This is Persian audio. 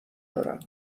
دارم